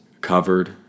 covered